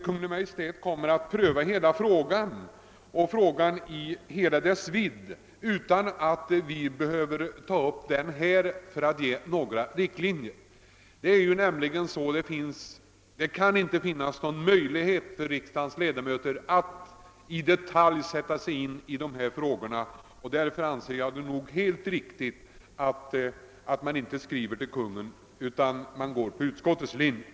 Kungl. Maj:t kommer nog att pröva frågan i hela dess vidd, även om vi inte nu beslutar om några riktlinjer i detta av seende. Det kan nämligen inte finnas någon möjlighet för riksdagens ledamöter att i detalj sätta sig in i dessa frågor. Det är därför enligt min mening helt riktigt att följa utskottets linje och inte skriva till Konungen i denna fråga.